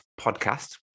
podcast